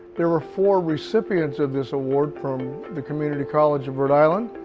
there were four recipients of this award from the community college of rhode island.